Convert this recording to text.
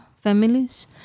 families